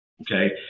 Okay